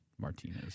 Martinez